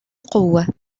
قوة